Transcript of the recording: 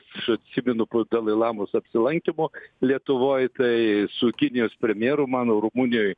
aš atsimenu po dalai lamos apsilankymo lietuvoj tai su kinijos premjeru mano rumunijoj